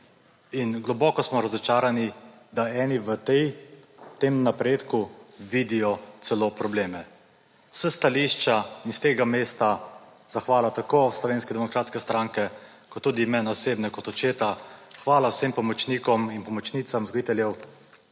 In globoko smo razočarani, da eni v tem napredku vidijo celo probleme. S stališča in iz tega mesta zahvala tako Slovenske demokratske stranke kot tudi mene osebno kot očeta, hvala vsem pomočnikom in pomočnicam vzgojiteljev